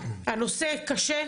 הנושא קשה,